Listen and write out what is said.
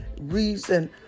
reason